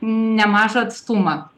nemažą atstumą